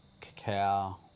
cacao